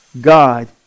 God